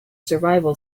survival